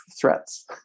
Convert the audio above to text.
threats